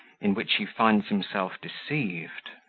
in which he finds himself deceived.